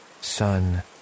Son